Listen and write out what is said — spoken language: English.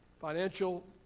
financial